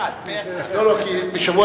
בשבוע